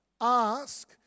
Ask